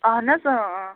اہن حظ اۭں اۭں